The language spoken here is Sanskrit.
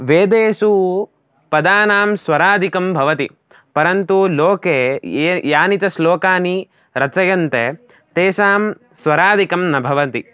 वेदेषु पदानां स्वरादिकं भवति परन्तु लोके ये ये च श्लोकाः रचयन्ते तेषां स्वरादिकं न भवन्ति